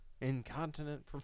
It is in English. incontinent